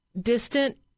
distant